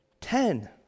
Ten